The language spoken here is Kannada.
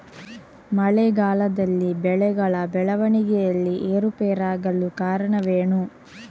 ಮಳೆಗಾಲದಲ್ಲಿ ಬೆಳೆಗಳ ಬೆಳವಣಿಗೆಯಲ್ಲಿ ಏರುಪೇರಾಗಲು ಕಾರಣವೇನು?